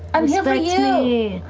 i'm here for you!